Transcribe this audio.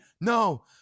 no